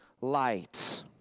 light